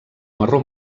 marró